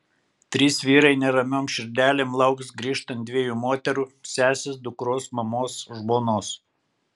trys vyrai neramiom širdelėm lauks grįžtant dviejų moterų sesės dukros mamos žmonos